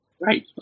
Right